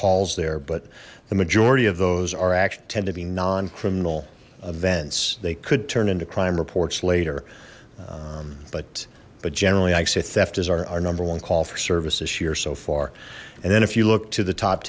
calls there but the majority of those are act tend to be non criminal events they could turn into crime reports later but but generally i say eft is our number one call for service this year so far and then if you look to the top